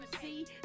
see